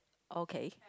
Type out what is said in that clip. okay